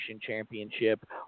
Championship